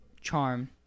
charm